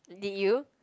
did you